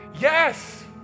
Yes